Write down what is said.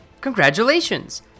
Congratulations